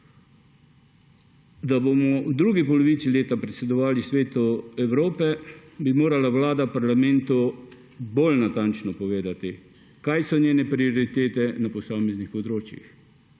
da bomo v drugi polovici leta predsedovali Svetu Evropske unije, bi morala Vlada parlamentu bolj natančno povedati, kaj so njene prioritete na posameznih področjih.